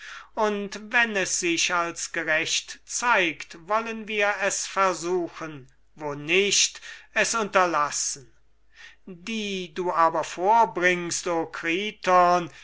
und wenn es sich als gerecht zeigt wollen wir es versuchen wo nicht es unterlassen die du aber vorbringst o kriton